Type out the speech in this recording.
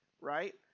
right